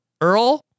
Earl